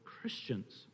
Christians